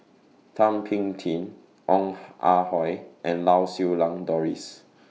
Thum Ping Tjin Ong Ah Hoi and Lau Siew Lang Doris